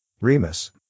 Remus